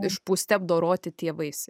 išpūsti apdoroti tie vaisiai